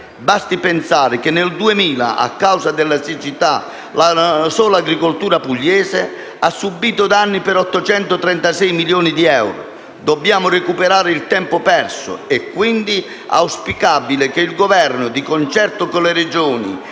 Basti pensare che nel 2000 a causa della siccità la sola agricoltura pugliese ha subìto danni per 836 milioni di euro. Dobbiamo recuperare il tempo perso. È quindi auspicabile che il Governo, di concerto con le Regioni